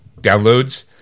downloads